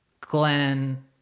Glenn